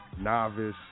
Novice